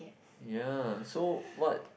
ya so what